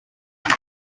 kuri